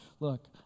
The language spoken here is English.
Look